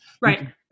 right